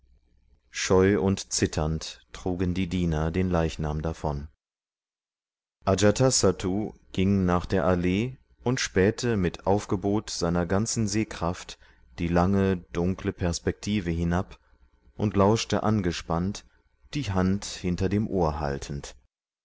scheu und zitternd trugen die diener den leichnam davon ajatasattu ging nach der allee und spähte mit aufgebot seiner ganzen sehkraft die lange dunkle perspektive hinab und lauschte angespannt die hand hinter dem ohr haltend